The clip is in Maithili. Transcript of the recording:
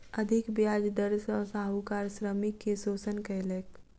अधिक ब्याज दर सॅ साहूकार श्रमिक के शोषण कयलक